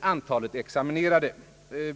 antalet examinerade.